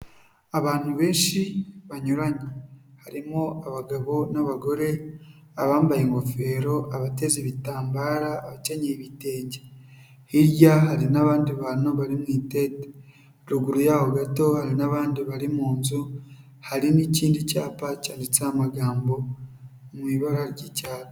Abantu benshi banyuranye, harimo abagabo n'abagore, bambaye ingofero, abateze, ibitambara, abakenyeye ibiibitenge, hirya hari n'abandi bantu bari mu itente, ruguru yabo gato hari n'abandi bari mu nzu, hari n'ikindi cyapa cyaretseho amagambo mu ibara ry'icya...